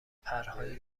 پرهای